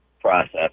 process